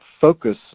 focus